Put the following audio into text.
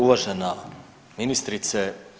Uvažena ministrice.